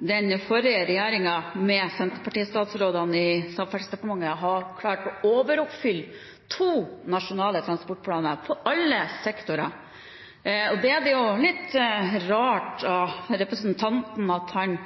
den forrige regjeringen med Senterparti-statsrådene i Samferdselsdepartementet har klart å overoppfylle to nasjonale transportplaner på alle sektorer. Det er litt rart at representanten